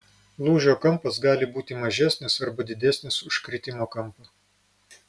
lūžio kampas gali būti mažesnis arba didesnis už kritimo kampą